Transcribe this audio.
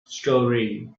story